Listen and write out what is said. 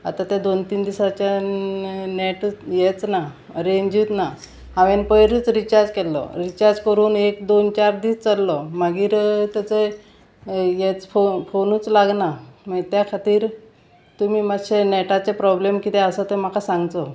आतां ते दोन तीन दिसाच्यान नेट हेच ना रेंजूच ना हांवेन पयरूच रिचार्ज केल्लो रिचार्ज करून एक दोन चार दीस चल्लो मागीर तेचो हे फोनूच लागना मागीर त्या खातीर तुमी मातशे नॅटाचे प्रोब्लेम कितें आसा ते म्हाका सांगचो